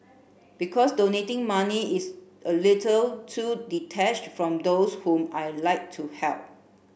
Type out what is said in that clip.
because donating money is a little too detached from those whom I'd like to help